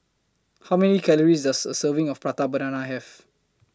How Many Calories Does A Serving of Prata Banana Have